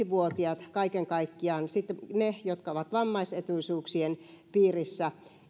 vuotiaat kaiken kaikkiaan sitten he jotka ovat vammaisetuisuuksien piirissä